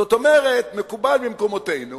זאת אומרת, מקובל במקומותינו